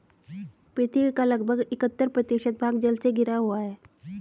पृथ्वी का लगभग इकहत्तर प्रतिशत भाग जल से घिरा हुआ है